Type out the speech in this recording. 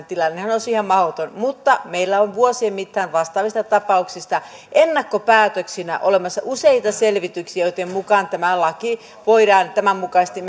tilannehan olisi ihan mahdoton mutta meillä on vuosien mittaan vastaavista tapauksista ennakkopäätöksinä olemassa useita selvityksiä joitten mukaan tämä laki voi tämän mukaisesti